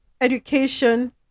education